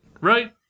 Right